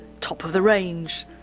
top-of-the-range